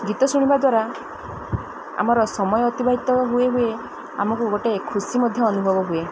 ଗୀତ ଶୁଣିବା ଦ୍ୱାରା ଆମର ସମୟ ଅତିବାହିତ ହୁଏ ହୁଏ ଆମକୁ ଗୋଟେ ଖୁସି ମଧ୍ୟ ଅନୁଭବ ହୁଏ